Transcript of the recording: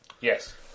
Yes